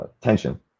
Tension